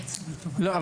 לא.